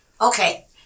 Okay